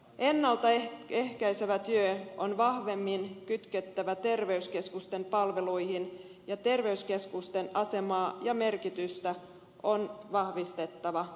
ennalta ehkäisevä työ on vahvemmin kytkettävä terveyskeskusten palveluihin ja terveyskeskusten asemaa ja merkitystä on vahvistettava entisestään